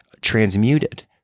transmuted